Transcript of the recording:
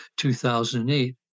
2008